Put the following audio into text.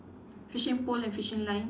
fishing pole and fishing line